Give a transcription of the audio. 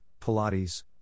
pilates